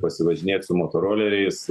pasivažinėt su motoroleriais